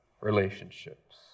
relationships